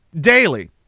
Daily